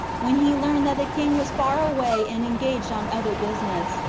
when he learned that the king was far away and engaged on other business,